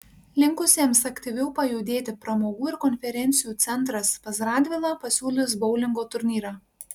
linkusiems aktyviau pajudėti pramogų ir konferencijų centras pas radvilą pasiūlys boulingo turnyrą